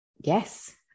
Yes